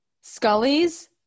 Scully's